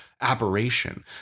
aberration